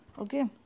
Okay